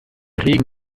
regen